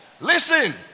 Listen